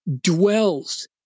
dwells